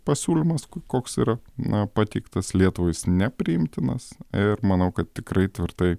pasiūlymas koks yra na pateiktas lietuvai jis nepriimtinas ir manau kad tikrai tvirtai